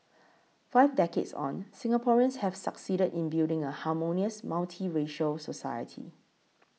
five decades on Singaporeans have succeeded in building a harmonious multiracial society